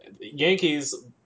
Yankees